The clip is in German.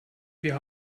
wir